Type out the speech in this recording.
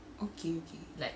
okay okay